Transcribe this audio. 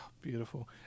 Beautiful